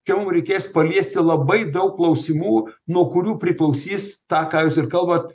čia mum reikės paliesti labai daug klausimų nuo kurių priklausys tą ką jūs ir kalbat